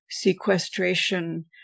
sequestration